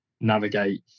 navigate